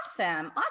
Awesome